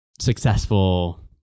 Successful